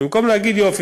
אז במקום להגיד: יופי,